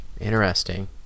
Interesting